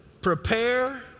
prepare